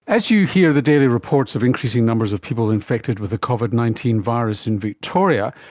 as you hear the daily reports of increasing numbers of people infected with the covid nineteen virus in victoria,